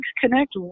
Connect